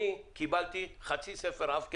ואני קיבלתי חצי ספר עב כרס.